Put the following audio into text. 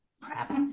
Crap